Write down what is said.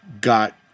got